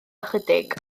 ychydig